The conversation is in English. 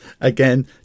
again